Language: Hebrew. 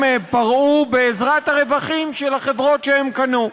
פרעו בעזרת הרווחים של החברות שהם קנו.